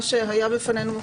מה שהיה בפנינו,